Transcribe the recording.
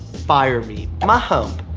fire me. my hump,